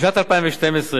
בשנת 2012,